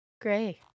Gray